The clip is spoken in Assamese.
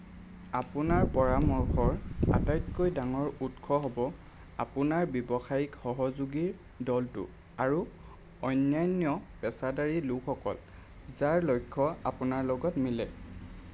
আপোনাৰ পৰামৰ্শৰ আটাইতকৈ ডাঙৰ উৎস হ'ব আপোনাৰ ব্যৱসায়িক সহযোগীৰ দলটো আৰু অন্যান্য পেচাদাৰী লোকসকল যাৰ লক্ষ্য অপোনাৰ লগত মিলে